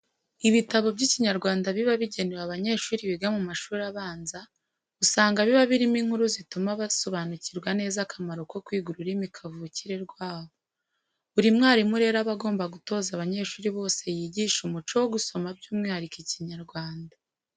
Ibitabo by'Ikinyarwanda biba bigenewe abanyeshuri biga mu mashuri abanza usanga biba birimo inkuru zituma basobanukirwa neza akamaro ko kwiga ururimi kavukire rwabo. Buri mwarimu rero aba agomba gutoza abanyeshuri bose yigisha umuco wo gusoma by'umwihariko Ikinyarwanda.